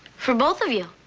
for both of you.